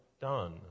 Done